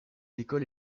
écoles